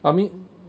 but I mean